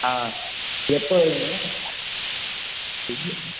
ஆ எப்போ வருவீங்க